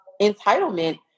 entitlement